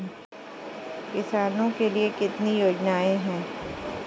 किसानों के लिए कितनी योजनाएं हैं?